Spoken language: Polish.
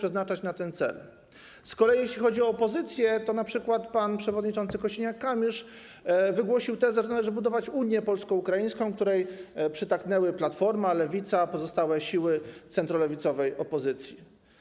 Z kolei jeśli chodzi o opozycję, to np. pan przewodniczący Kosiniak-Kamysz wygłosił tezę, że należy budować unię polsko-ukraińską, czemu przytaknęły Platforma, Lewica i pozostałe siły centrolewicowej opozycji.